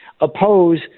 oppose